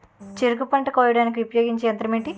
చెరుకు పంట కోయడానికి ఉపయోగించే యంత్రం ఎంటి?